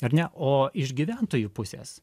ar ne o iš gyventojų pusės